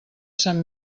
sant